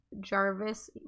Jarvis